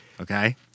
Okay